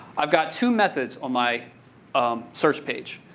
i've got two methods on my um search page.